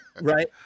Right